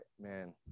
man